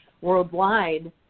worldwide